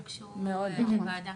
כן, יש תקנות שהוגשו לוועדה.